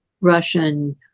Russian